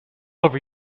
over